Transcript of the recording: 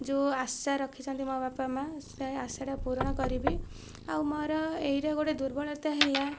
ଯେଉଁ ଆଶା ରଖିଛନ୍ତି ମୋ ବାପା ମା ସେ ଆଶାଟା ପୂରଣ କରିବି ଆଉ ମୋର ଏହିଟା ଗୋଟିଏ ଦୁର୍ବଳତା ହେଲା